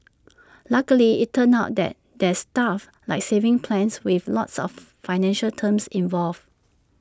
luckily IT turns out that there's stuff like savings plans with lots of financial terms involved